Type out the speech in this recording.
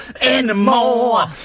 anymore